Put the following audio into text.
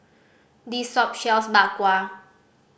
this shop sells Bak Kwa